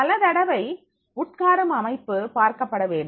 பல தடவை உட்காரும் அமைப்பு பார்க்கப்பட வேண்டும்